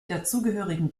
dazugehörigen